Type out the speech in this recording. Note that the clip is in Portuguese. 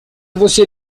você